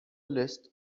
list